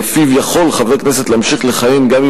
שלפיו יכול חבר כנסת להמשיך לכהן גם אם